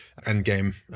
Endgame